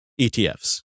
ETFs